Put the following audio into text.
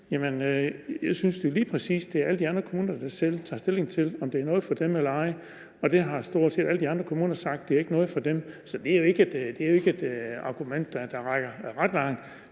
Jeg synes, det lige præcis er alle de andre kommuner, der selv tager stilling til, om det er noget for dem eller ej, og stort set alle de andre kommuner har sagt, at det ikke er noget for dem. Så det er jo ikke et argument, der rækker ret langt.